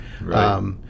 right